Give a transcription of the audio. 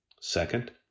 Second